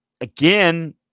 again